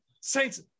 Saints